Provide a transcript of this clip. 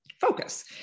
focus